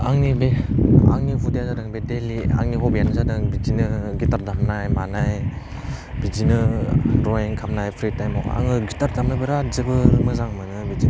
आंनि बे आंनि हुदाया जादों बे डेलि आंनि हबियानो जादों बिदिनो गिटार दामनाय मानाय बिदिनो ड्रइं खालामनाय प्रि टाइमाव आङो गिटार दामनो बेराद जोबोद मोजां मोनो बिदिनो